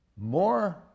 more